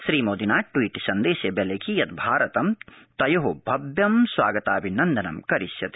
श्रीमोदिना ट्वीट् सन्दर्यक्रिलखि यत् भारतं तयो भव्यं स्वागताभिनन्दनं करिष्यति